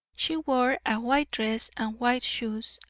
she wore a white dress and white shoes,